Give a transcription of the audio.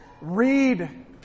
read